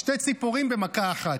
שתי ציפורים במכה אחת.